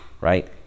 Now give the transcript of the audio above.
Right